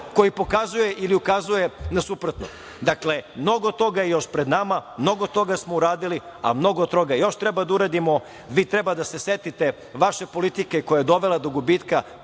koji pokazuje, ili ukazuje suprotno. Dakle, mnogo toga je još pred nama. Mnogo toga smo uradili, a mnogo toga još treba da uradimo. Vi treba da se setite vaše politike koja je dovela do gubitka